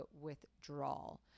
withdrawal